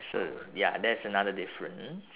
so ya that's another difference